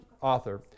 author